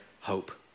hope